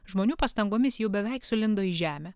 žmonių pastangomis jau beveik sulindo į žemę